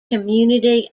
community